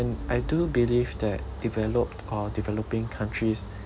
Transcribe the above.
and I do believe that developed or developing countries